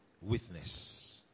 witness